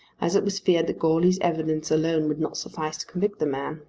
as it was feared that goarly's evidence alone would not suffice to convict the man.